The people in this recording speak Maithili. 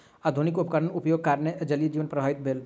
आधुनिक उपकरणक उपयोगक कारणेँ जलीय जीवन प्रभावित भेल